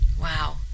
Wow